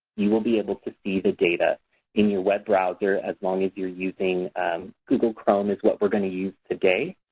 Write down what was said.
you will be able to see the data in your web browser as long as you're using google chrome is what we're going to use today.